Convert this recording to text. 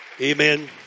Amen